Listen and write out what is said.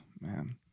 man